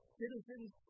citizens